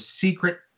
secret